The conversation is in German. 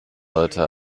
heute